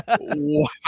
Wow